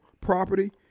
property